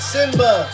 Simba